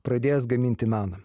pradėjęs gaminti meną